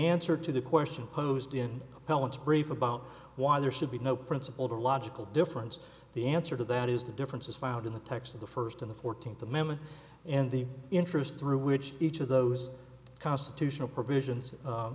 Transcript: answer to the question posed in appellants brief about why there should be no principled or logical difference the answer to that is the difference is found in the text of the first in the fourteenth amendment and the interest through which each of those constitutional provisions